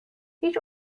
هیچ